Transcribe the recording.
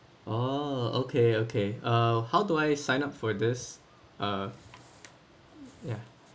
oh okay okay uh how do I sign up for this uh ya